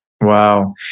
Wow